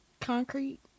Concrete